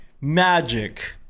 Magic